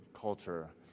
culture